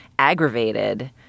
Aggravated